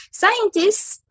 scientists